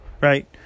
Right